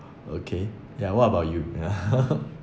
okay ya what about you